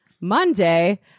Monday